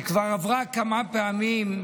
היא כבר עברה כמה פעמים.